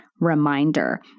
reminder